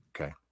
Okay